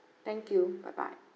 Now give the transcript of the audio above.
thank you bye bye